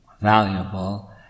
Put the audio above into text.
valuable